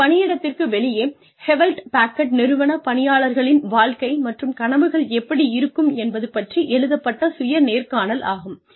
இது பணியிடத்திற்கு வெளியே ஹெவ்லெட் பேக்கர்டு நிறுவன பணியாளர்களின் வாழ்க்கை மற்றும் கனவுகள் எப்படி இருக்கும் என்பது பற்றி எழுதப்பட்ட சுய நேர்காணல் ஆகும்